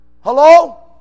Hello